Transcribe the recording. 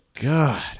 god